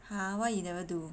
!huh! why you never do